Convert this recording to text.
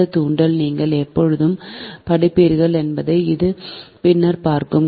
இந்த தூண்டலை நீங்கள் எப்போது படிப்பீர்கள் என்பதை இது பின்னர் பார்க்கும்